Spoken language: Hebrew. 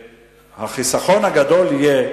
החיסכון הגדול יהיה